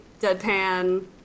deadpan